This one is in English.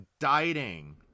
indicting